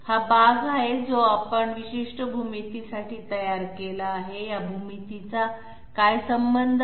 हा भाग आहे जो आपण या विशिष्ट भूमितीसाठी तयार केला आहे या भूमितीचा काय संबंध आहे